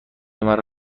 مرا